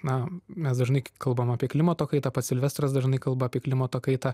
na mes dažnai kalbame apie klimato kaitą pats silvestras dažnai kalba apie klimato kaitą